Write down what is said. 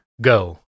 go